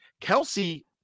kelsey